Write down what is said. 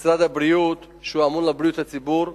משרד הבריאות, שהוא אמון על בריאות הציבור,